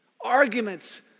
Arguments